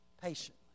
Patiently